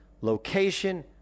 location